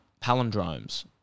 Palindromes